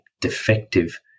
defective